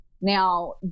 Now